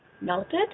Melted